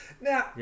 now